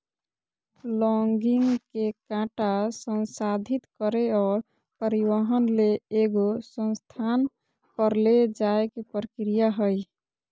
logging के काटा संसाधित करे और परिवहन ले एगो स्थान पर ले जाय के प्रक्रिया हइ